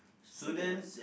second one